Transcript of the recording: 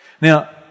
Now